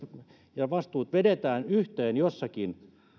ja vastuut vedetään yhteen jossakin